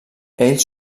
ells